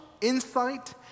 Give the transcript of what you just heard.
insight